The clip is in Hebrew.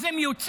אז הם יוצאים